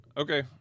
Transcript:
okay